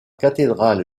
cathédrale